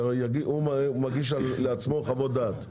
הוא מגיש לעצמו חוות דעת,